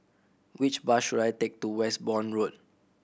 which bus should I take to Westbourne Road